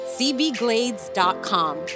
cbglades.com